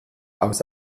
aus